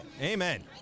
Amen